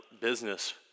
business